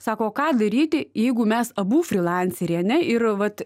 sako o ką daryti jeigu mes abu frilanseriai ane ir vat